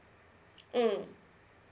mm